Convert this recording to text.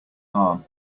harm